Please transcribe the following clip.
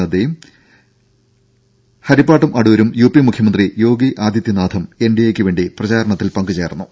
നദ്ദയും ഹരിപ്പാട്ടും അടൂരും യുപി മുഖ്യമന്ത്രി യോഗി ആദിത്യനാഥും എൻഡിഎ ക്ക് വേണ്ടി പ്രചാരണത്തിൽ പങ്കുചേർന്നു